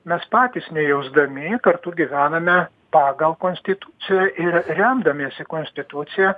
mes patys nejausdami kartu gyvename pagal konstituciją ir remdamiesi konstitucija